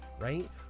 right